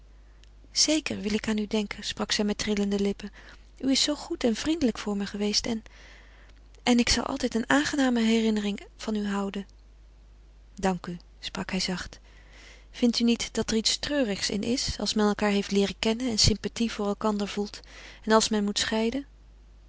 zeker wil ik aan u denken sprak zij met trillende lippen u is zoo goed en vriendelijk voor me geweest en en ik zal altijd een aangename herinnering van u houden dank u sprak hij zacht vind u niet dat er iets treurigs in is als men elkaâr heeft leeren kennen en sympathie voor elkander voelt en als men moet scheiden